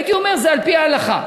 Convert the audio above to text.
והייתי אומר, זה על-פי ההלכה,